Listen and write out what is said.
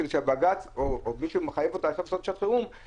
כדי שבג"ץ או מי שמחייב אותה לעשות עכשיו תקנות שעת חירום,